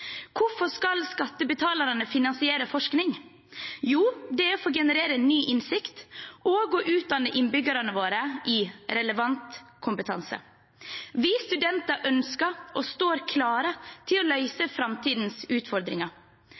Hvorfor skal skattebetalerne finansiere forskning? Jo, det er for å generere ny innsikt og å utdanne innbyggerne våre i relevant kompetanse. Vi studenter ønsker og står klare til å løse framtidens utfordringer.